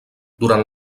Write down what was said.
durant